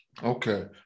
Okay